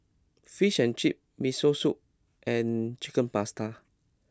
Fish and Chips Miso Soup and Chicken Pasta